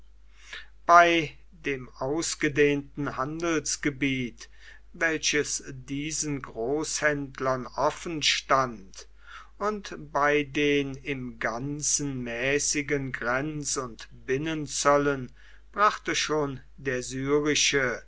bei dem ausgedehnten handelsgebiet welches diesen großhändlern offenstand und bei den im ganzen mäßigen grenz und binnenzöllen brachte schon der syrische